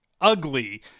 ugly